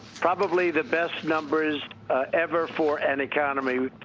probably the best numbers ever for an economy.